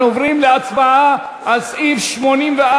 אנחנו עוברים להצבעה על סעיף 84,